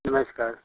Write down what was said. नमस्कार